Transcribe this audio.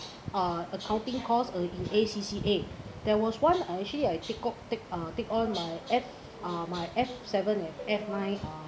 uh accounting cause in A_C_C_A there was one I actually I take out take all my F uh my F seven and F nine uh